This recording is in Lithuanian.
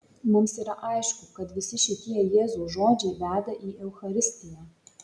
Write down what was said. mums yra aišku kad visi šitie jėzaus žodžiai veda į eucharistiją